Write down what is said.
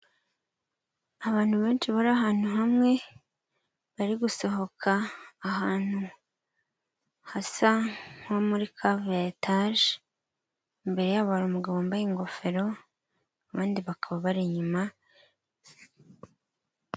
Abantu benshi bari ahantu hamwe bari gusohoka ahantu hasa nko muri cave ya etage imbere yabo hari umugabo wambaye ingofero abandi bakaba bari inyuma.